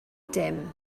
dim